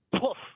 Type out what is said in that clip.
poof